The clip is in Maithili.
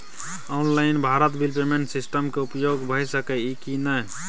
Online Bharat bill payment system के उपयोग भ सके इ की नय?